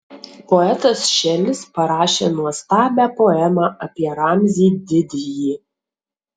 poetas šelis parašė nuostabią poemą apie ramzį didįjį